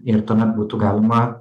ir tuomet būtų galima